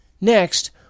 Next